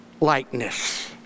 likeness